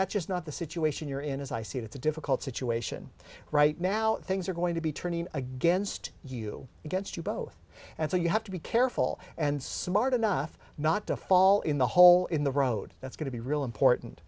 that's just not the situation you're in as i see it it's a difficult situation right now things are going to be turning against you against you both and so you have to be careful and smart enough not to fall in the hole in the road that's going to be really important